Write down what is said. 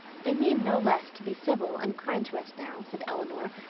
they mean no less to be civil and kind to us now, said elinor,